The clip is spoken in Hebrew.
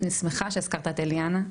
אני שמחה שהזכרת את אליאנה.